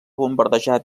bombardejar